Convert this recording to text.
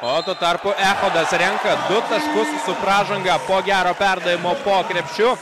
o tuo tarpu echodas renka taškus su pražanga po gero perdavimo po krepšiu